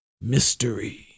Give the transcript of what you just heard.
Mystery